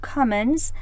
Commons